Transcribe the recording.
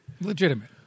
Legitimate